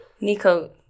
Nico